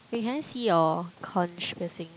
wait can I see your conch piercing